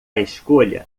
escolha